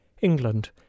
england